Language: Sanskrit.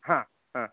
हा हा